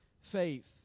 faith